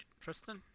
Tristan